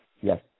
Yes